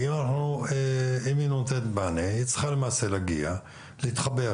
אם היא נותנת מענה היא צריכה למעשה להגיע, להתחבר